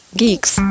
geeks